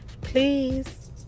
Please